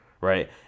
right